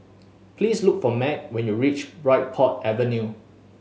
please look for Meg when you reach Bridport Avenue